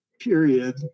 period